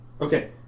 Okay